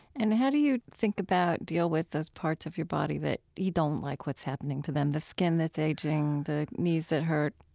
and how do you think about deal with those parts of your body that you don't like what's happening to them, the skin that's aging, the knees that hurt?